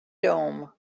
dome